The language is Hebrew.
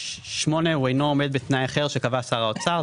הוא אינו עומד בתנאי אחר שקבע שר האוצר.